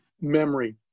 memory